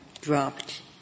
dropped